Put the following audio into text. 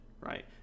right